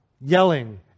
yelling